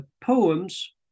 poems